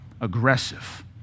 Aggressive